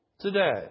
today